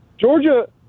Georgia